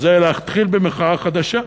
זה להתחיל במחאה חדשה,